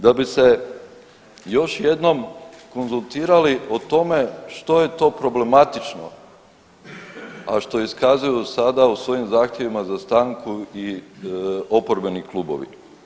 Da bi se još jednom konzultirali o tome što je to problematično, a što iskazuju sada u svojim zahtjevima za stanku i oporbeni klubovi.